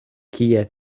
kie